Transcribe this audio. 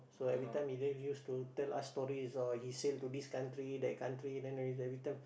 so every time he used to tell us stories or he sail to this country that country then every every time